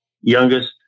youngest